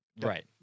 Right